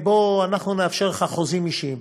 בוא, אנחנו נאפשר לך חוזים אישיים.